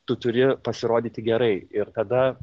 tu turi pasirodyti gerai ir tada